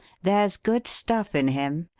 there's good stuff in him,